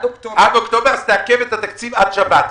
אז תעדכן את התקציב עד שבת,